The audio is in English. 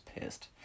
pissed